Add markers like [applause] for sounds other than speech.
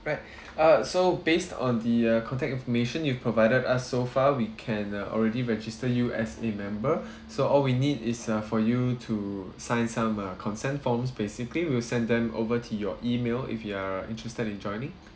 right [breath] uh so based on the uh contact information you've provided us so far we can uh already register you as a member [breath] so all we need is uh for you to sign some uh consent forms basically we'll send them over to your email if you are interested in joining [breath]